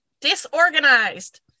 disorganized